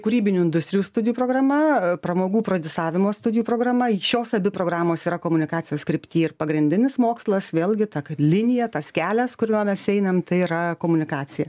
kūrybinių industrijų studijų programa pramogų prodiusavimo studijų programa šios abi programos yra komunikacijos krypty ir pagrindinis mokslas vėlgi ta kad linija tas kelias kuriuo mes einam tai yra komunikacija